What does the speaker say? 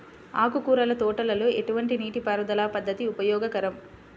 ఆకుకూరల తోటలలో ఎటువంటి నీటిపారుదల పద్దతి ఉపయోగకరం?